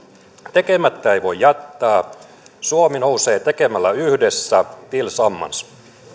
tekemättä ei voi jättää suomi nousee tekemällä yhdessä tillsammans